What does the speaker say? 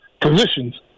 positions